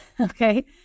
Okay